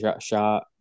shot